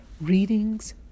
readings